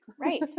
Right